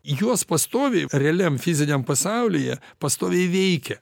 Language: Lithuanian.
juos pastoviai realiam fiziniam pasaulyje pastoviai veikia